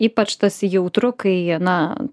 ypač tas jautru kai na